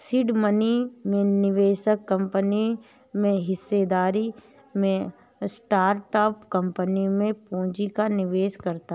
seed money में निवेशक company में हिस्सेदारी में स्टार्टअप कंपनी में पूंजी का निवेश करता है